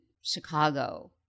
Chicago